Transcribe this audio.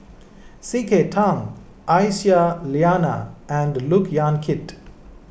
C K Tang Aisyah Lyana and Look Yan Kit